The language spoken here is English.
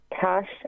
Cash